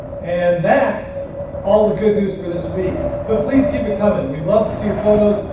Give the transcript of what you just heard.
and that's all the good news for this week. but please keep it coming. we'd love to see your photos,